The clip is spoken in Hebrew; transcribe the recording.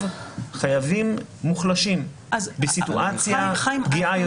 חייבים מוחלשים בסיטואציה פגיעה יותר.